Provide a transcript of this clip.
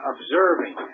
Observing